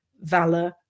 valor